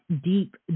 deep